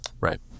right